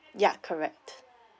yeah correct